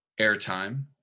airtime